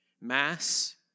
mass